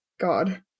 God